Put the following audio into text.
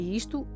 isto